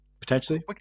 potentially